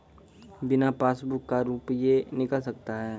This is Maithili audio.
बिना पासबुक का रुपये निकल सकता हैं?